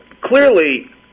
Clearly